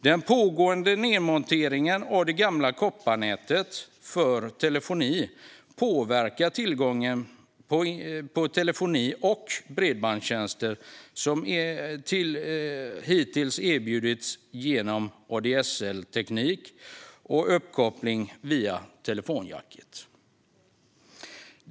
Den pågående nedmonteringen av det gamla kopparnätet för telefoni påverkar tillgången på telefoni och bredbandstjänster som hittills erbjudits genom ADSL-teknik och uppkoppling via telefonjacket.